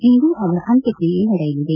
ಇಂದು ಅವರ ಅಂತ್ಯಕ್ರಿಯೆ ನಡೆಯಲಿದೆ